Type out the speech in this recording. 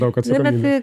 daug atsakomybės